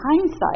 hindsight